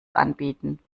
anbieten